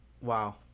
Wow